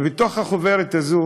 ובתוך החוברת הזאת,